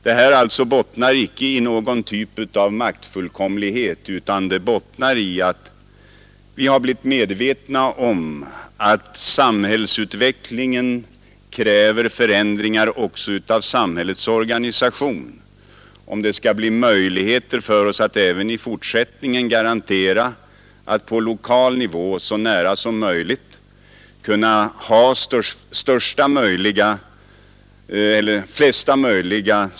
Beslutet om reformen bottnar alltså inte i någon typ av maktfullkomlighet utan i att vi har blivit medvetna om att samhällsutvecklingen kräver förändringar också av samhällets organisation om det skall finnas möjligheter för oss att även i fortsättningen garantera att flesta möjliga samhällsangelägenheter skall finnas kvar på lokal nivå.